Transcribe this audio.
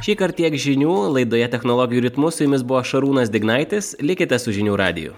šįkart tiek žinių laidoje technologijų ritmu su jumis buvo šarūnas dignaitis likite su žinių radiju